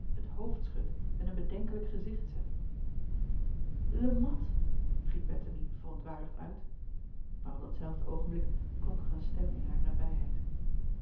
het hoofd schudt en een bedenkelijk gezicht zet e at riep ettemie verontwaardigd uit maar op datzelfde oogenblik klonk er een stem in haar nabijheid